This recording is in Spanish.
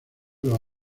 los